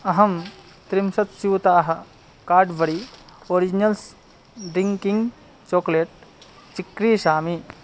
अहं त्रिंशत् स्यूताः काड्बरी ओरिजिनल्स् ड्रिङ्किङ्ग् चोक्लेट् चिक्रीषामि